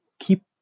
keep